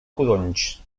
codonys